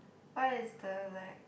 what is the like